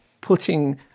putting